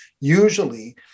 usually